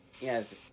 yes